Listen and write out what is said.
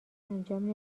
انجام